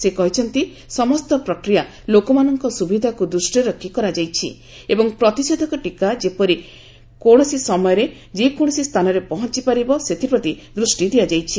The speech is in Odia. ସେ କହିଛନ୍ତି ସମସ୍ତ ପ୍ରକ୍ରିୟା ଲୋକମାନଙ୍କ ସୁବିଧାକୁ ଦୃଷ୍ଟିରେ ରଖି କରାଯାଇଛି ଏବଂ ପ୍ରତିଷେଧକ ଟୀକା ଯେପରି ଯେକୌଣସି ସମୟରେ ଯେକୌଣସି ସ୍ଥାନରେ ପହଞ୍ଚପାରିବ ସେଥିପ୍ରତି ଦୃଷ୍ଟି ଦିଆଯାଇଛି